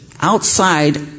outside